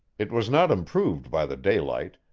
it was not improved by the daylight,